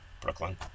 Brooklyn